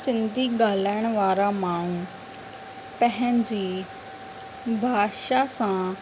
सिंधी ॻाल्हाइण वारा माण्हू पंहिंजी भाषा सां